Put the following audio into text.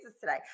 today